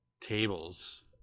tables